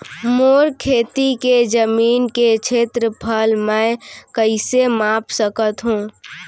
मोर खेती के जमीन के क्षेत्रफल मैं कइसे माप सकत हो?